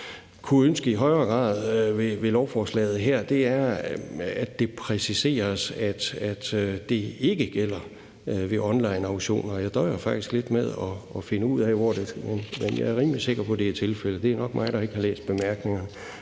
grad kunne ønske ved lovforslaget her, var, at det blev præciseret, at det ikke gælder ved onlineauktioner. Jeg døjer faktisk lidt med at finde ud af, hvor det fremgår, men jeg er rimelig sikker på, at det er tilfældet. Det er nok mig, der ikke har læst bemærkningerne,